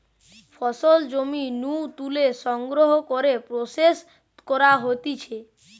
ফসল জমি নু তুলে সংগ্রহ করে প্রসেস করা হতিছে